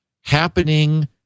happening